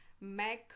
Mac